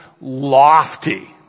lofty